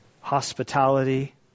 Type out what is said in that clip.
hospitality